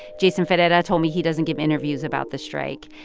jason ferreira told me he doesn't give interviews about the strike.